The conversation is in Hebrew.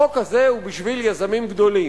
החוק הזה הוא בשביל יזמים גדולים.